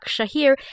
Shahir